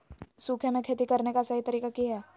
सूखे में खेती करने का सही तरीका की हैय?